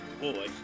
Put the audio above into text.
boy